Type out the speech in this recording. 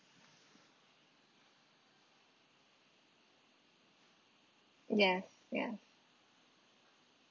ya ya